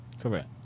Correct